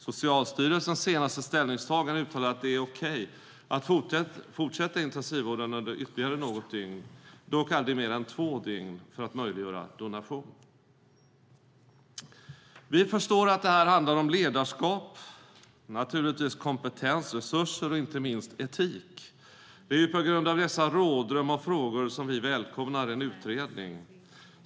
Socialstyrelsens senaste ställningstagande uttalar att det är okey att fortsätta intensivvården under ytterligare något dygn, dock aldrig mer än två dygn, för att möjliggöra donation. Vi förstår att det här handlar om ledarskap, naturligtvis om kompetens, resurser och inte minst etik. Det är ju på grund av dessa rådrum och frågor som vi välkomnar en utredning.